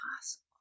possible